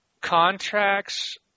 Contracts